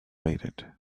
waited